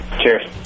Cheers